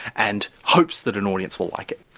and hopes that an audience will like it.